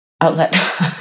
outlet